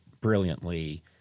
brilliantly